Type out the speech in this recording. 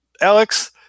Alex